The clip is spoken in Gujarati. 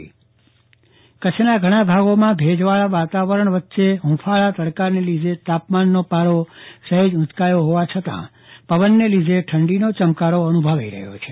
ચન્દ્રવદન પટ્ટણી હવામાન કચ્છના ઘણા ભાગોમાં ભેજવાળા વાતાવરણ વચ્ચે હુંફાળા તડકાને લીધે તાપમાનનો પારો સહેજ ઉચકાયો હોવા છતાં પવનને લીધે ઠંડીનો ચમકારો અનુભવાઈ રહ્યો છે